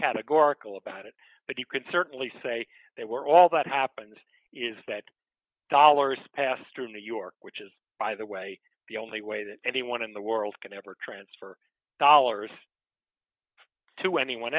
categorical about it but you could certainly say that we're all that happens is that dollars passed through new york which is by the way the only way that anyone in the world can ever transfer dollars to anyone